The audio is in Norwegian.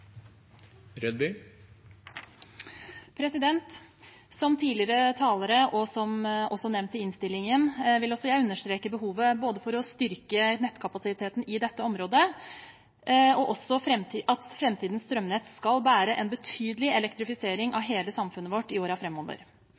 Som tidligere talere – og som nevnt i innstillingen – vil også jeg understreke behovet både for å styrke nettkapasiteten i dette området og for at framtidens strømnett skal bære en betydelig elektrifisering av hele samfunnet vårt i